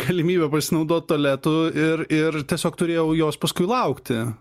galimybę pasinaudot tualetu ir ir tiesiog turėjau jos paskui laukti